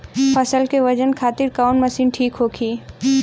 फसल के वजन खातिर कवन मशीन ठीक होखि?